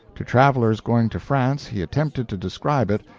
to travelers going to france he attempted to describe it,